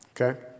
okay